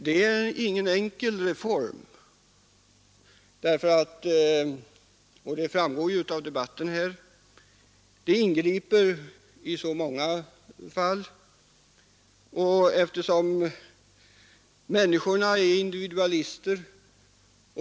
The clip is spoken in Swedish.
Det är ingen enkel reform det framgår ju av debatten här. Den ingriper i så många förhållanden. Människorna är individualister.